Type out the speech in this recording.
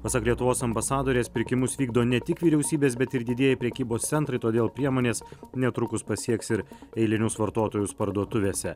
pasak lietuvos ambasadorės pirkimus vykdo ne tik vyriausybės bet ir didieji prekybos centrai todėl priemonės netrukus pasieks ir eilinius vartotojus parduotuvėse